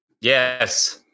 Yes